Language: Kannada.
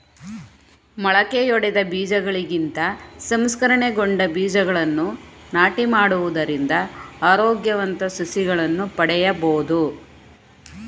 ಮೊಳಕೆಯೊಡೆದ ಬೀಜಗಳಿಗಿಂತ ಸಂಸ್ಕರಣೆಗೊಂಡ ಬೀಜಗಳನ್ನು ನಾಟಿ ಮಾಡುವುದರಿಂದ ಆರೋಗ್ಯವಂತ ಸಸಿಗಳನ್ನು ಪಡೆಯಬೋದು